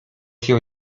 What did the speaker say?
się